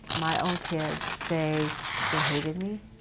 my own kids say they hated me,